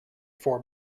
for